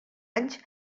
anys